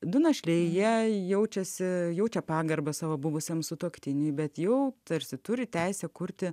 du našliai jie jaučiasi jaučia pagarbą savo buvusiam sutuoktiniui bet jo tarsi turi teisę kurti